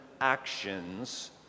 actions